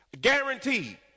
Guaranteed